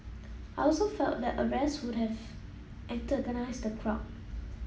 I also felt that arrests would have antagonise the crowd